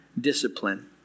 discipline